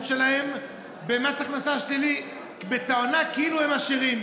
שלהם במס הכנסה שלילי בתואנה שהם עשירים,